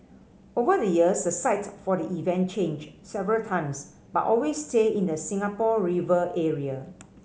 over the years the site for the event changed several times but always stayed in the Singapore River area